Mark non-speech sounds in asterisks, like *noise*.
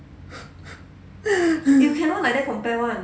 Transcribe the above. *laughs*